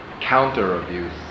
counter-abuse